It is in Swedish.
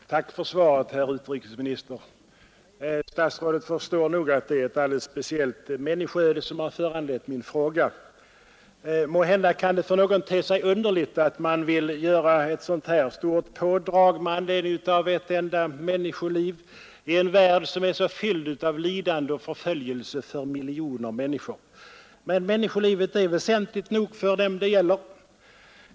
Herr talman! Tack för svaret, herr utrikesminister! Statsrådet förstår nog att det är ett alldeles speciellt människoöde som har föranlett min fråga. Måhända kan det för någon te sig underligt att man vill göra ett stort pådrag med anledning av ett enda människoliv i en värld, som är så fylld av lidande och förföljelse för miljoner. Men människolivet är väsentligt nog för dem det gäller.